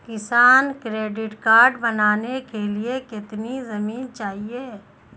किसान credit card बनाने के लिए कितनी जमीन चाहिए?